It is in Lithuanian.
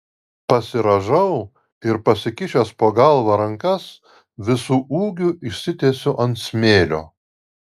pasirąžau ir pasikišęs po galva rankas visu ūgiu išsitiesiu ant smėlio